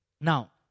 Now